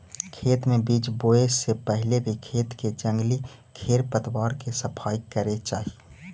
खेत में बीज बोए से पहले भी खेत के जंगली खेर पतवार के सफाई करे चाही